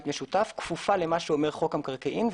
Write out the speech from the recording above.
משותף כפופה למה שאומר חוק המקרקעין,